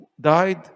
died